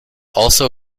also